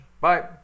Bye